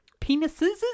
penises